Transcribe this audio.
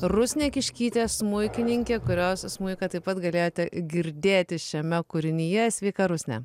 rusnė kiškytė smuikininkė kurios smuiką taip pat galėjote girdėti šiame kūrinyje sveika rusne